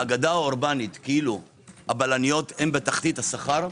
האגדה האורבנית כאילו הבלניות בתחתית השכר,